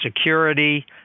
Security